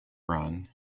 run